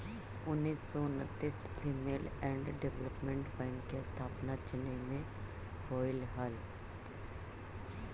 उन्नीस सौ उन्नितिस फीमेल एंड डेवलपमेंट बैंक के स्थापना चेन्नई में होलइ हल